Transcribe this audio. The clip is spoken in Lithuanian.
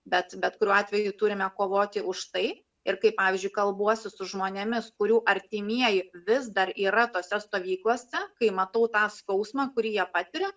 bet bet kuriuo atveju turime kovoti už tai ir kai pavyzdžiui kalbuosi su žmonėmis kurių artimieji vis dar yra tose stovyklose kai matau tą skausmą kurį jie patiria